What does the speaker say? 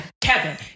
Kevin